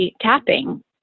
tapping